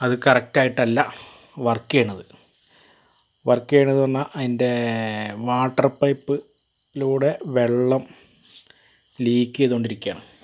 അത് കറക്റ്റായിട്ടല്ല വർക്ക് ചെയ്യുന്നത് വർക്ക് ചെയ്യുന്നത് എന്ന് പറഞ്ഞാൽ അതിൻ്റെ വാട്ടർ പൈപ്പ്ലൂടെ വെള്ളം ലീക്ക് ചെയ്തുകൊണ്ടിരിക്കുകയാണ്